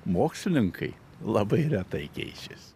mokslininkai labai retai keičias